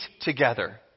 together